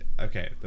Okay